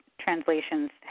translations